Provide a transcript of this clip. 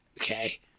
Okay